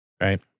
right